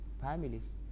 families،